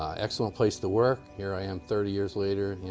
excellent place to work. here i am thirty years later yeah